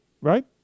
Right